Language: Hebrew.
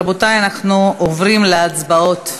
רבותי, אנחנו עוברים להצבעות.